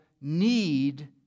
need